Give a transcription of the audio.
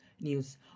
news